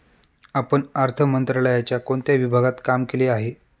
आपण अर्थ मंत्रालयाच्या कोणत्या विभागात काम केले आहे?